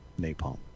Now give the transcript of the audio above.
napalm